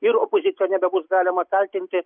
ir opoziciją nebebus galima kaltinti